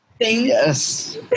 Yes